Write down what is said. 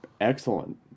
Excellent